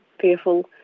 fearful